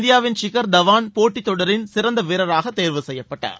இந்தியாவின் ஷிகர் தவான் போட்டி தொடரின் சிறந்த வீரராக தேர்வு செய்யப்பட்டார்